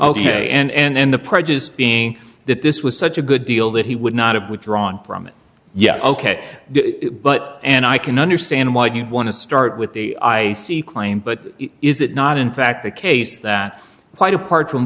ok and the prejudiced being that this was such a good deal that he would not have withdrawn from it yes ok but and i can understand why you want to start with the i see claim but is it not in fact the case that quite apart from